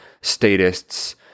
statists